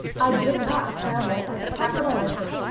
i did not travel as a capitalist,